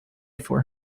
for